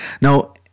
Now